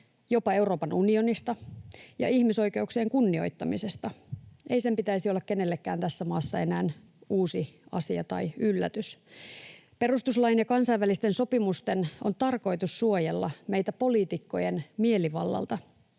jopa Euroopan unionista ja ihmisoikeuksien kunnioittamisesta. Ei sen pitäisi olla kenellekään tässä maassa enää uusi asia tai yllätys. Perustuslain ja kansainvälisten sopimusten on tarkoitus suojella meitä poliitikkojen mielivallalta.